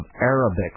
Arabic